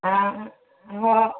ଆଁ ହଁ